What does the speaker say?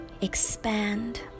expand